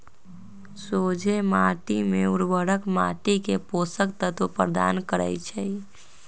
सोझें माटी में उर्वरक माटी के पोषक तत्व प्रदान करै छइ